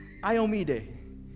Iomide